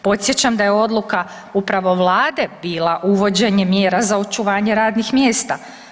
Podsjećam da je odluka upravo vlade bila uvođenje mjera za očuvanje radnih mjesta.